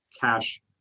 cash